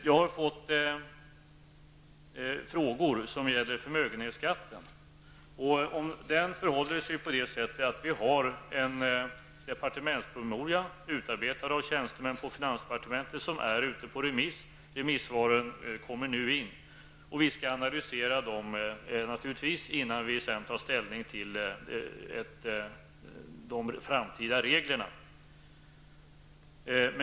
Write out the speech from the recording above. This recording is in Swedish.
Jag har fått frågor som gäller förmögenhetsskatten. När det gäller den förhåller det sig på så sätt, att det finns en av tjänstemän på finansdepartementet utarbetad departementspromemoria som är ute på remiss. Remissvaren kommer nu in, och vi skall naturligtvis analysera dem innan vi tar ställning till de framtida reglerna.